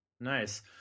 Nice